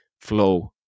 flow